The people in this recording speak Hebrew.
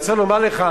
אני רוצה לומר לך,